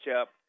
up